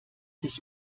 sich